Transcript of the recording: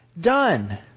done